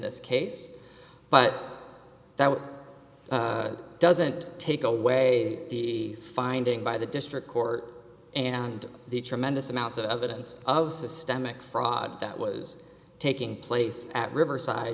this case but that doesn't take away the finding by the district court and the tremendous amount of evidence of systemic fraud that was taking place at riverside